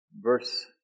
verse